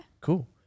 Cool